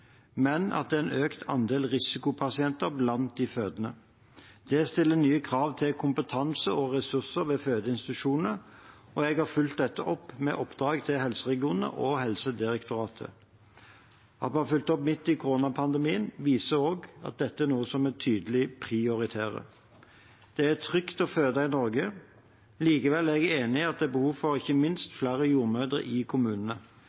men at det er en økt andel risikopasienter blant de fødende. Det stiller nye krav til kompetanse og ressurser ved fødeinstitusjonene, og jeg har fulgt dette opp med oppdrag til helseregionene og Helsedirektoratet. At vi har fulgt opp midt i koronapandemien, viser også at dette er noe vi tydelig prioriterer. Det er trygt å føde i Norge. Likevel er jeg enig i at det ikke minst er behov for flere jordmødre i kommunene.